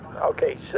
Okay